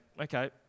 okay